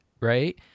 right